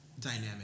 dynamic